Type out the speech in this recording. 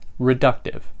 reductive